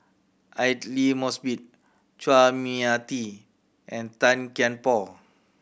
Aidli Mosbit Chua Mia Tee and Tan Kian Por